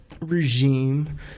regime